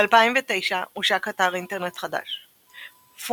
ב-2009, הושק אתר אינטרנט חדש ForeignAffairs.com,